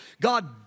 God